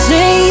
Say